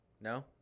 No